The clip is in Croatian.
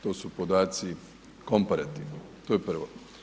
To su podaci komparativni, to je prvo.